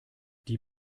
die